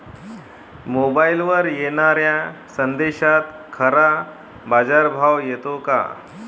मोबाईलवर येनाऱ्या संदेशात खरा बाजारभाव येते का?